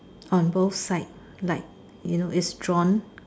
on both side like you know it's drawn